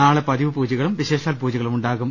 നാളെ പതിവു പൂജകളും വിശേഷാൽ പൂജകളും ഉണ്ടാകും